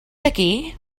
aquí